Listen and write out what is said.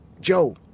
Joe